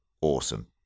awesome